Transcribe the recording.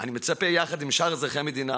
אני מצפה, יחד עם שאר אזרחי המדינה,